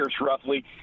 roughly